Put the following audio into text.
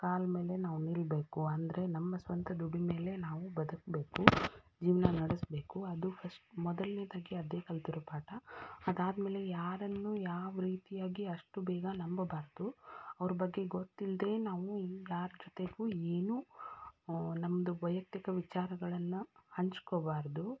ಕಾಲಮೇಲೆ ನಾವು ನಿಲ್ಲಬೇಕು ಅಂದರೆ ನಮ್ಮ ಸ್ವಂತ ದುಡಿಮೆಲ್ಲೇ ನಾವು ಬದುಕ್ಬೇಕು ಜೀವನ ನಡೆಸ್ಬೇಕು ಅದು ಫಸ್ಟ್ ಮೊದಲನೇದಾಗಿ ಅದೇ ಕಲಿತಿರೋ ಪಾಠ ಅದಾದಮೇಲೆ ಯಾರನ್ನೂ ಯಾವ ರೀತಿಯಾಗಿ ಅಷ್ಟು ಬೇಗ ನಂಬಬಾರದು ಅವ್ರ ಬಗ್ಗೆ ಗೊತ್ತಿಲ್ಲದೆ ನಾವು ಇನ್ನು ಯಾರ ಜೊತೆಗೂ ಏನೂ ನಮ್ಮದು ವೈಯಕ್ತಿಕ ವಿಚಾರಗಳನ್ನು ಹಂಚ್ಕೊಬಾರ್ದು